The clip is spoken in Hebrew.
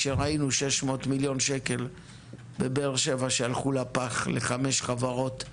כמו שראינו 600 מיליון ₪ שניתנו לחמש חברות בבאר שבע.